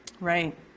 Right